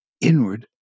inward